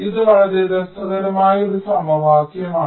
ഇത് വളരെ രസകരമായ ഒരു സമവാക്യമാണ്